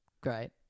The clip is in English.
Great